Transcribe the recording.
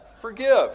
forgive